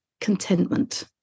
contentment